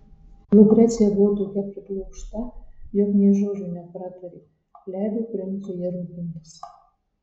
lukrecija buvo tokia priblokšta jog nė žodžio nepratarė leido princui ja rūpintis